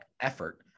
effort